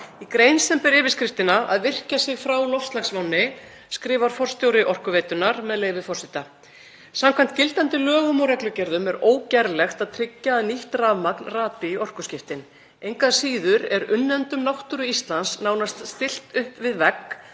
Í grein sem ber yfirskriftina „Að virkja sig frá loftslagsvánni“ skrifar forstjóri Orkuveitunnar, með leyfi forseta: „Samkvæmt gildandi lögum og reglugerðum er ógerlegt að tryggja að nýtt rafmagn rati í orkuskiptin. Engu að síður er unnendum náttúru Íslands nánast stillt upp við vegg;